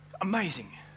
amazing